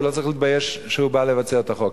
הוא לא צריך להתבייש כשהוא בא לבצע את החוק.